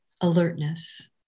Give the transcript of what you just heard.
alertness